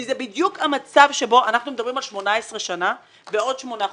זה בדיוק המצב בו אנחנו מדברים על 18 שנים ועוד שמונה חודשים.